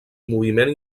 moviment